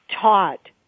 taught